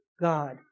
God